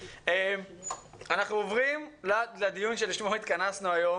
אנחנו עוברים לדיון לשמו התכנסנו היום